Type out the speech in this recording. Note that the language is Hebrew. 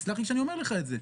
תסלח לי שאני אומר לך את זה.